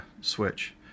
switch